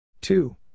Two